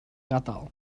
gadael